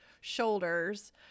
shoulders